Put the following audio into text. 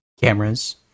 cameras